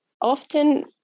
often